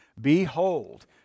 Behold